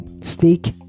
Sneak